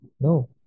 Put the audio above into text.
No